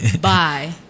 bye